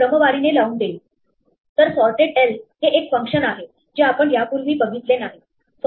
तर sorted l हे एक फंक्शन आहे जे आपण यापूर्वी बघितले नाही